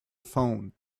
phone